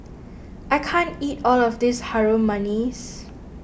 I can't eat all of this Harum Manis